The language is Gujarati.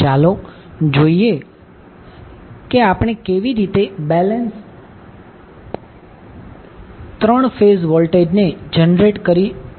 ચાલો જોઈએ કે આપણે કેવી રીતે બેલેન્સ 3 ફેઝ વોલ્ટેજને જનરેટ કરીએ છીએ